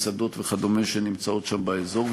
מסעדות וכדומה שנמצאות שם באזור,